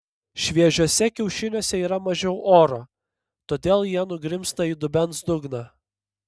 šviežiuose kiaušiniuose yra mažiau oro todėl jie nugrimzta į dubens dugną